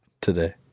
today